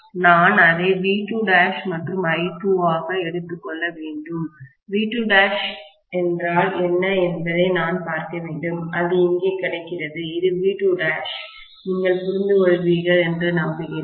நான் அதை V2' மற்றும் I2 ஆக எடுத்துக் கொள்ள வேண்டும் V2' என்றால் என்ன என்பதை நான் பார்க்க வேண்டும் அது இங்கே கிடைக்கிறது இது V2' நீங்கள் புரிந்து கொள்வீர்கள் என்று நம்புகிறேன்